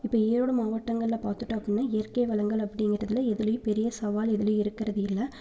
இப்போது ஈரோடு மாவட்டங்கள்ல பார்த்துட்டோம் அப்படின்னா இயற்கை வளங்கள் அப்படிங்கிறதுல எதிலயும் பெரிய சவால் எதிலயும் இருக்கிறது இல்லை